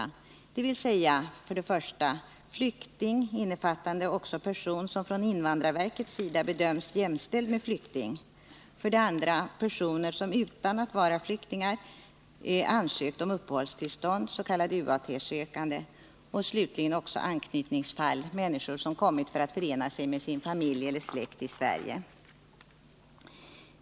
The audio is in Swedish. m.fl., dvs. för det första flykting, även omfattande person som av invandrarverket bedöms som jämställd med flykting, för det andra person som utan att vara flykting har ansökt om uppehållstillstånd, s.k. UAT sökande, slutligen för det tredje anknytningsfall, alltså person som har kommit för att förena sig med sin familj eller släkt i Sverige.